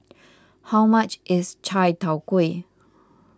how much is Chai Tow Kway